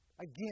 Again